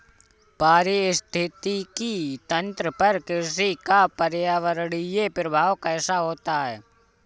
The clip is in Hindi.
पारिस्थितिकी तंत्र पर कृषि का पर्यावरणीय प्रभाव कैसा होता है?